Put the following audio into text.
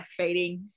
breastfeeding